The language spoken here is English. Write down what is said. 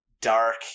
dark